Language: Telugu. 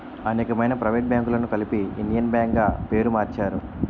అనేకమైన ప్రైవేట్ బ్యాంకులను కలిపి ఇండియన్ బ్యాంక్ గా పేరు మార్చారు